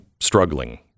struggling